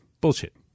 Bullshit